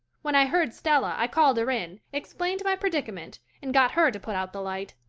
when i heard stella i called her in, explained my predicament, and got her to put out the light.